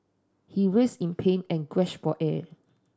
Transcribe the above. he in pain and gasped air